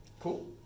Cool